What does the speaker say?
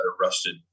rusted